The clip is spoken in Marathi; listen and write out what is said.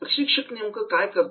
प्रशिक्षक नेमकं काय करतो